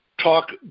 talk